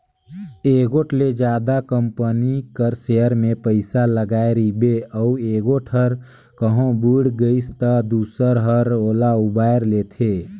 एगोट ले जादा कंपनी कर सेयर में पइसा लगाय रिबे अउ एगोट हर कहों बुइड़ गइस ता दूसर हर ओला उबाएर लेथे